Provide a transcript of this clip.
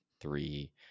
Three